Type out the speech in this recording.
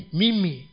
mimi